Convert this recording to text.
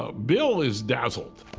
ah bill is dazzled.